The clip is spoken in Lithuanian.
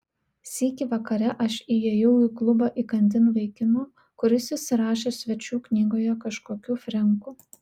sykį vakare aš įėjau į klubą įkandin vaikino kuris įsirašė svečių knygoje kažkokiu frenku